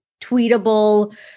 tweetable